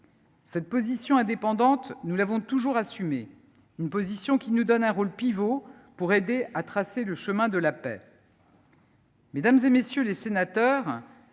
Cette position indépendante, nous l’avons toujours assumée. Une position qui nous donne un rôle pivot pour aider à tracer le chemin de la paix. Mesdames, messieurs les sénateurs,